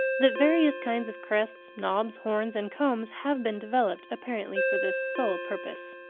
that various kinds of crests, knobs, horns and combs have been developed apparently for this sole purpose.